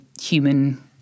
human